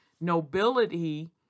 nobility